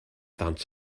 dant